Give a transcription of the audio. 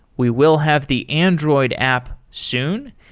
we will have the android app soon,